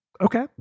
Okay